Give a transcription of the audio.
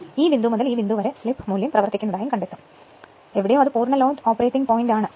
ഈ ബിന്ദു മുതൽ ഈ ബിന്ദു വരെ സ്ലിപ്പ് മൂല്യം പ്രവർത്തിക്കും എവിടെയോ അത് പൂർണ്ണ ലോഡ് ഓപ്പറേറ്റിംഗ് പോയിന്റാണ്